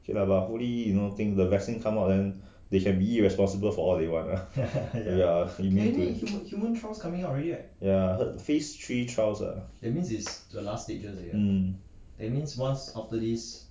okay lah but hopefully you know think the vaccine come out then they can be irresponsible for all they want ya ya phase three trial ah hmm